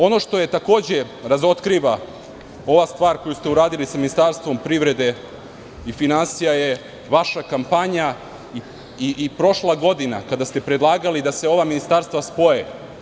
Ono što takođe razotkriva ova stvar koji ste uradili sa Ministarstvom privrede i finansija je vaša kampanja i prošla godina kada ste predlagali da se ova ministarstva spoje.